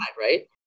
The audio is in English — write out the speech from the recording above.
Right